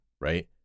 right